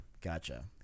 gotcha